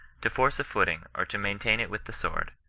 to force a footing, or to maintain it with the sword.